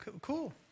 cool